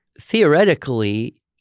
theoretically